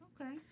Okay